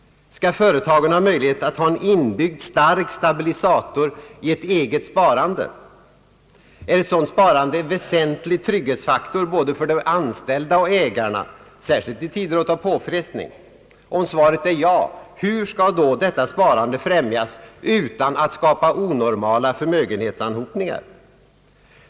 Skall företagen ha möjlighet att ha en inbyggd stark stabilisator i ett eget sparande? Är ett sådant sparande en väsentlig trygghetsfaktor både för de anställda och ägarna, särskilt i tider av påfrestning? Om svaret är ja, hur skall då detta sparande främjas utan att skapa onormala förmögenhetsanhopningar?